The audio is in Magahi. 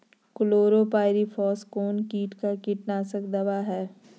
क्लोरोपाइरीफास कौन किट का कीटनाशक दवा है?